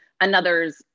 another's